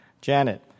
Janet